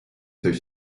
seuils